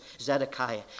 Zedekiah